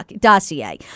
dossier